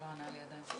אותה